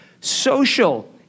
Social